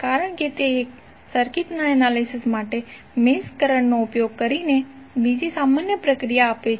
કારણ કે તે સર્કિટના એનાલિસિસ માટે મેશ કરંટનો ઉપયોગ કરીને બીજી સામાન્ય પ્રક્રિયા આપે છે